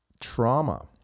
trauma